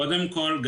קודם כל,